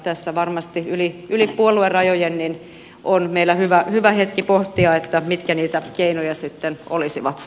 tässä varmasti yli puoluerajojen on meillä hyvä hetki pohtia mitkä niitä keinoja sitten olisivat